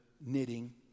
knitting